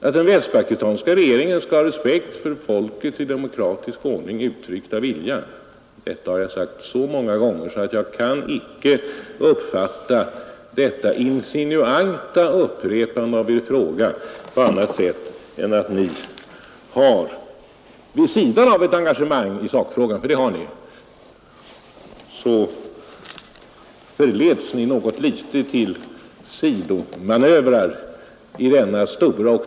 Att den västpakistanska regeringen skall ha respekt för folkets i demokratisk ordning uttryckta vilja har jag sagt så många gånger att jag icke kan uppfatta det insinuanta upprepandet av er fråga på annat sätt än att ni trots ert engagemang för själva saken — för det har ni — förleds något litet till sidomanövrer.